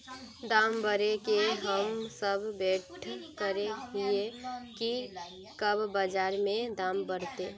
दाम बढ़े के हम सब वैट करे हिये की कब बाजार में दाम बढ़ते?